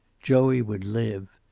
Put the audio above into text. joey would live.